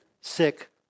sick